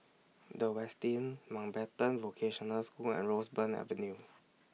The Westin Mountbatten Vocational School and Roseburn Avenue